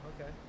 okay